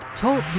Talk